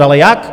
Ale jak?